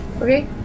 Okay